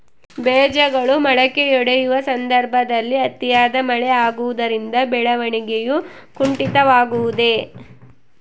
ಬೇಜಗಳು ಮೊಳಕೆಯೊಡೆಯುವ ಸಂದರ್ಭದಲ್ಲಿ ಅತಿಯಾದ ಮಳೆ ಆಗುವುದರಿಂದ ಬೆಳವಣಿಗೆಯು ಕುಂಠಿತವಾಗುವುದೆ?